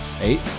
eight